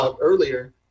earlier